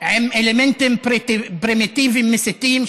עם אלמנטים פרימיטיביים מסיתים,